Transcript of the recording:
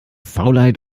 faulheit